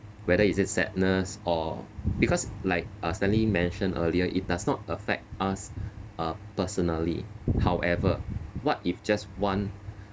whether is it sadness or because like uh stanley mentioned earlier it does not affect us uh personally however what if just one